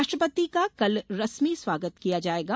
राष्ट्रपति का कल रस्मी स्वागत किया जायेगा